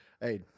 Hey